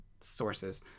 sources